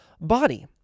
body